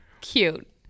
Cute